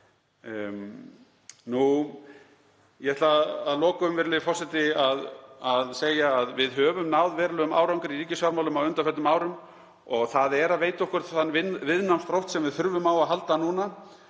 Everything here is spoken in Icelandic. Ég ætla að lokum, virðulegi forseti, að segja að við höfum náð verulegum árangri í ríkisfjármálum á undanförnum árum og það veitir okkur þann viðnámsþrótt sem við þurfum á að halda núna.